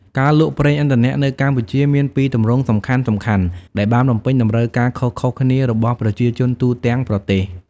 ការលក់ប្រេងឥន្ធនៈនៅកម្ពុជាមានពីរទម្រង់សំខាន់ៗដែលបានបំពេញតម្រូវការខុសៗគ្នារបស់ប្រជាជនទូទាំងប្រទេស។